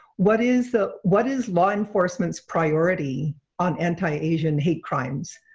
what is the what is law enforcement's priority on anti-asian hate crimes,